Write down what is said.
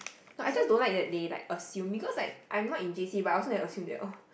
no I just don't like that day like assume because like I'm not in j_c but also never assume that oh